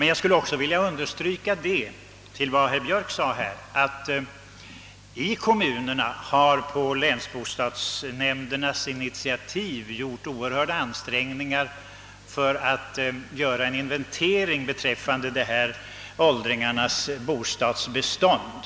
Jag skulle emellertid i anslutning till vad herr Björk sade också vilja understryka att det i kommunerna på länsbostadsnämndernas initiativ har gjorts oerhörda ansträngningar för att inventera åldringarnas bostadsbestånd.